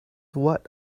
what